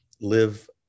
live